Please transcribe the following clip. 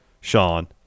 Sean